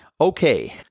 Okay